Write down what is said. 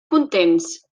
contents